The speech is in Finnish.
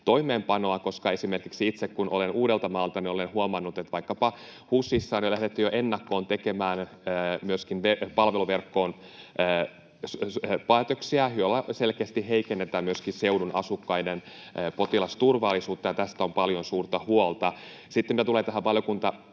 toimeenpanoa? Esimerkiksi itse, kun olen Uudeltamaalta, olen huomannut, että vaikkapa HUSissa on lähdetty jo ennakkoon tekemään myöskin palveluverkkoon päätöksiä, joilla selkeästi heikennetään myöskin seudun asukkaiden potilasturvallisuutta, ja tästä on paljon suurta huolta. Sitten mitä tulee tähän